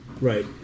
Right